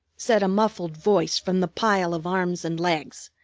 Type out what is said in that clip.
said a muffled voice from the pile of arms and legs,